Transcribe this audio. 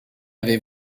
avez